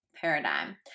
paradigm